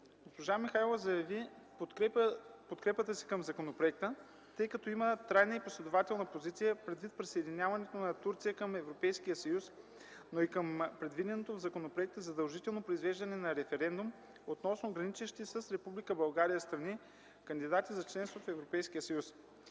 Госпожа Михайлова заяви подкрепата си към законопроекта, тъй като има трайна и последователна позиция предвид присъединяването на Турция към Европейския съюз, но и към предвидено в законопроекта задължително произвеждане на референдум относно граничещите с Република България страни –кандидати за членство в Европейския съюз.